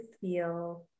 feel